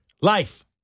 Life